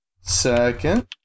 Second